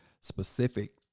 specific